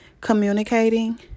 communicating